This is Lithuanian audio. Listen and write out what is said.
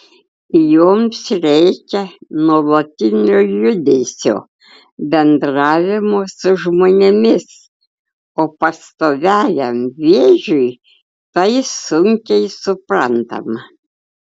joms reikia nuolatinio judesio bendravimo su žmonėmis o pastoviajam vėžiui tai sunkiai suprantama